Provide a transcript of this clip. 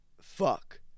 Fuck